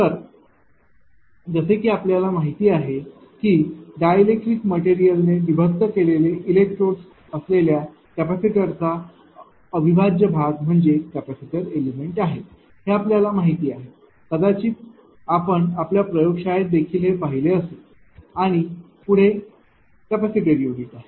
तर जसे की आपल्याला माहित की डायएलेक्ट्रिक मटेरियल ने विभक्त केलेले इलेक्ट्रोड्स असलेल्या कॅपेसिटरचा अविभाज्य भाग म्हणजे कपॅसिटर एलिमेंट आहे हे आपल्यास माहित आहे कदाचित आपण आपल्या प्रयोगशाळेत देखील हे पाहिले असेल आणि पुढे कॅपेसिटर युनिट आहे